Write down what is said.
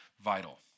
vital